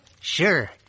Sure